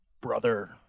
brother